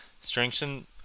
Strengthen